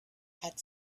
had